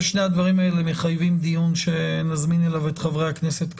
שני הדברים האלה מחייבים דיון אליו נזמין את חברי הכנסת כראוי.